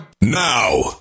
now